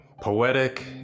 poetic